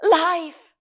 life